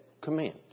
command